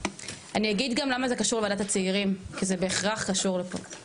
אני אגיד גם למה זה קשור לוועדת הצעירים,